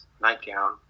nightgown